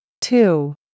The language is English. Two